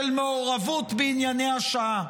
של מעורבות בענייני השעה.